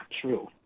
true